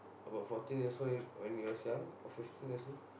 about fourteen years old when he was young or fifteen years old